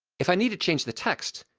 if i need to change the text,